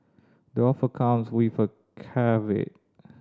the offer comes with a caveat